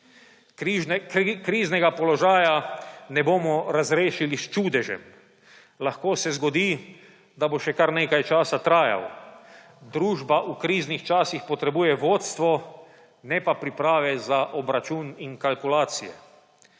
Kriznega položaja ne bomo razrešili s čudežem. Lahko se zgodi, da bo še kar nekaj časa trajal. Družba v kriznih časih potrebuje vodstvo, ne pa priprave za obračun in kalkulacije.